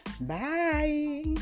bye